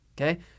Okay